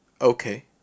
okay